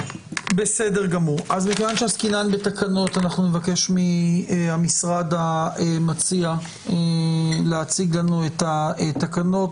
אז כיוון שעסקינן בתקנות אנחנו נבקש מהמשרד המציע להציג לנו את התקנות.